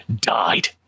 died